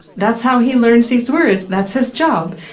that's how he learns these words, that's his job.